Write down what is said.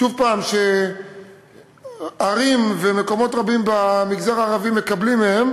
שוב, ערים ומקומות רבים במגזר הערבי מקבלים מזה.